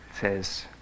says